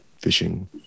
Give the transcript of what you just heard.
fishing